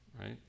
right